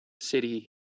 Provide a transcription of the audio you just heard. city